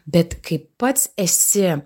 bet kai pats esi